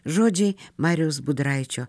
žodžiai mariaus budraičio